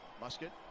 Musket